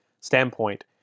standpoint